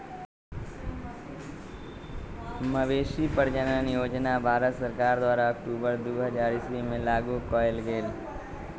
मवेशी प्रजजन योजना भारत सरकार द्वारा अक्टूबर दू हज़ार ईश्वी में लागू कएल गेल